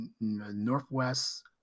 Northwest